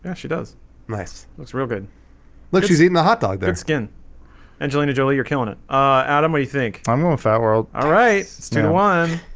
yeah she does nice looks real. good look. she's eating the hotdog their skin angelina jolie you're killing it ah adam what you think i'm gonna fat world all right. it's day one